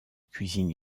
cuisine